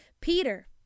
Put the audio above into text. Peter